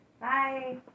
Bye